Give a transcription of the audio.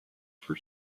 for